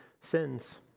sins